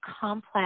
complex